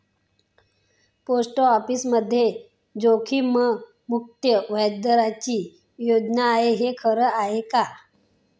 Post ऑफिसमध्ये जोखीममुक्त व्याजदराची योजना आहे, हे खरं आहे का?